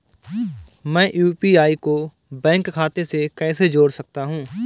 मैं यू.पी.आई को बैंक खाते से कैसे जोड़ सकता हूँ?